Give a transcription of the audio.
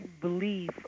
believe